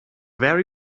very